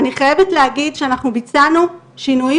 אני חייבת להגיד שאנחנו ביצענו שינויים